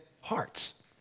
hearts